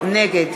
נגד